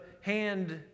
hand